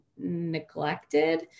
neglected